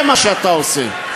זה מה שאתה עושה.